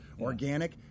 organic